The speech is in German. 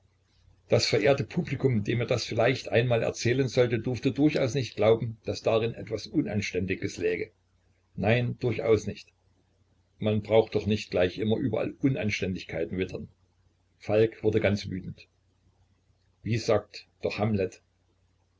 das verehrte publikum dem er das vielleicht einmal erzählen sollte durfte durchaus nicht glauben daß darin was unanständiges läge nein durchaus nicht man braucht doch nicht gleich immer überall unanständigkeiten wittern falk wurde ganz wütend wie sagt doch hamlet